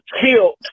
killed